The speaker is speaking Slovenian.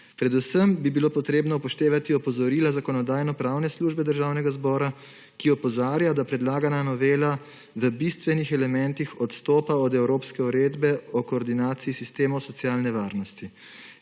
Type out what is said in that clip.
Predvsem bi bilo potrebno upoštevati opozorila Zakonodajno-pravne službe Državnega zbora, ki opozarja, da predlagana novela v bistvenih elementih odstopa od evropske Uredbe o koordinaciji sistemov socialne varnosti.